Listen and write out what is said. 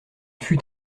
fut